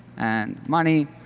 and money.